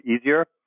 easier